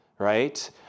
Right